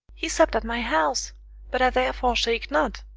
he supp'd at my house but i therefore shake not.